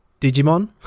Digimon